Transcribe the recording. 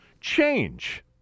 change